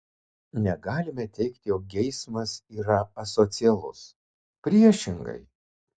negalime teigti jog geismas yra asocialus priešingai